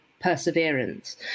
perseverance